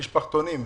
המשפחתונים.